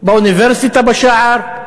באוניברסיטה בשער,